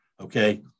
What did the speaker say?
Okay